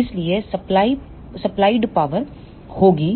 इसलिए supplied power होगी